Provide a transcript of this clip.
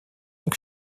так